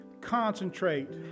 concentrate